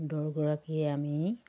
দহগৰাকীয়ে আমি